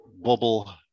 bubble